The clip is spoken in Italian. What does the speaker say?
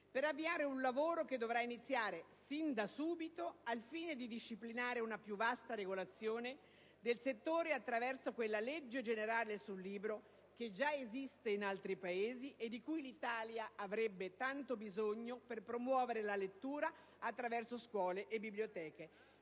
per avviare un lavoro che dovrà iniziare sin da subito, al fine di disciplinare una più vasta regolazione del settore attraverso quella legge generale sul libro che già esiste in altri Paesi e di cui l'Italia avrebbe tanto bisogno per promuovere la lettura attraverso scuole e biblioteche.